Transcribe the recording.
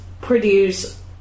produce